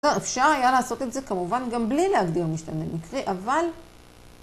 אפשר היה לעשות את זה כמובן גם בלי להגדיר משתנה מקרי, אבל...